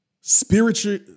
Spiritual